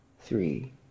three